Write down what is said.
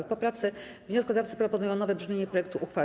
W poprawce wnioskodawcy proponują nowe brzmienie projektu uchwały.